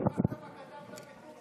שכחת מה כתבת בטור,